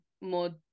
more